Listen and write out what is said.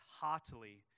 heartily